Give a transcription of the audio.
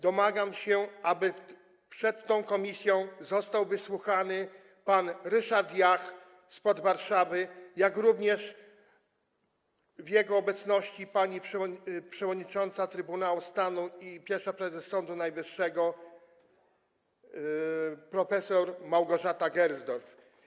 Domagam się, aby przed tą komisją został wysłuchany pan Ryszard Jach spod Warszawy, jak również w jego obecności pani przewodnicząca Trybunału Stanu i pierwsza prezes Sądu Najwyższego prof. Małgorzata Gersdorf.